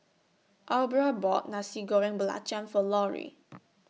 Aubra bought Nasi Goreng Belacan For Lorri